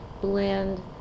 blend